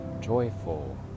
joyful